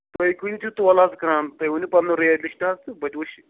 تُہۍ کُنہِ چھُو تولہٕ حظ کٕنان تُہۍ ؤنِو پَنُن ریٹ لِسٹہٕ حظ تہٕ بہٕ تہِ وُچھ